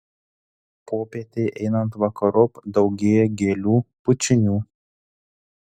popietei einant vakarop daugėja gėlių bučinių